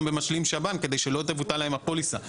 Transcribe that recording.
במשלים שב"ן כדי שלא תבוטל להם הפוליסה.